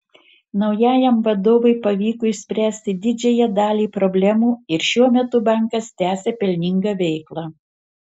naujajam vadovui pavyko išspręsti didžiąją dalį problemų ir šiuo metu bankas tęsią pelningą veiklą